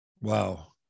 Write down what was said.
Wow